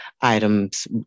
items